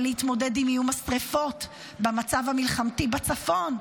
להתמודד עם איום השרפות במצב המלחמתי בצפון,